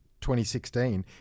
2016